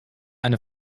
eine